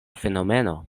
fenomeno